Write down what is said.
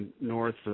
north